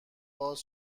باز